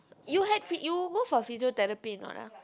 you had phy~ you go for physiotherapy or not ah